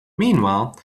meanwhile